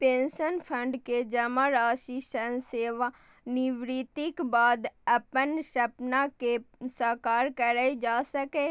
pension fund मे जमा राशि सं सेवानिवृत्तिक बाद अपन सपना कें साकार कैल जा सकैए